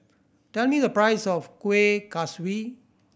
tell me the price of Kuih Kaswi